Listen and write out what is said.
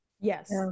Yes